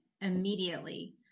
immediately